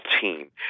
team